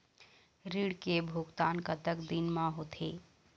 ऋण के भुगतान कतक दिन म होथे?